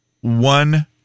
one